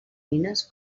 mines